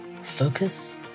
focus